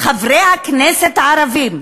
חברי הכנסת הערבים,